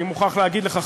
אני מוכרח להגיד לך,